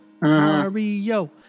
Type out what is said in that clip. Mario